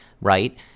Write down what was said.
right